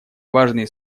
важные